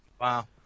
Wow